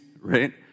right